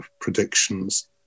predictions